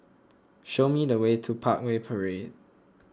show me the way to Parkway Parade